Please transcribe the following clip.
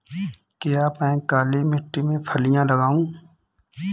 क्या मैं काली मिट्टी में फलियां लगाऊँ?